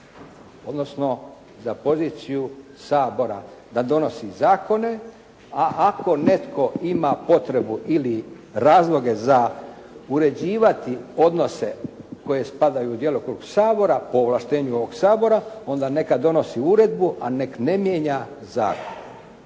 odnosno da poziciju Sabora da donosi zakone, a ako netko ima potrebu ili razloge za uređivati odnose koji spadaju u djelokrug Sabora po ovlaštenju ovog Sabora onda neka donosi uredbu, a nek ne mijenja zakon.